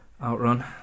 outrun